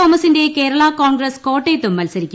തോമസിന്റെ കേരള കോൺഗ്രസ് കോട്ടയത്തും മത്സരിക്കും